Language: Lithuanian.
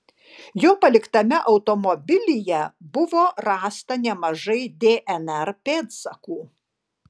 jo paliktame automobilyje buvo rasta nemažai dnr pėdsakų